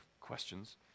questions